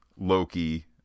loki